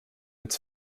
its